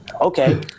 okay